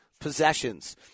possessions